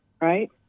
right